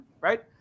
right